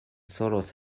solos